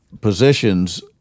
positions